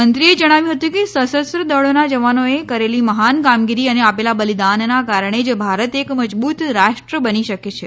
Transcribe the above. મંત્રીએ જણાવ્યું હતું કે સશરુષ દળીના જવાનોએ કરેલી મહાન કામગીરી અને આપેલા બલિદાનના કારણે જ ભારત એક મજબુત રાષ્ર્ બની શક્યું છે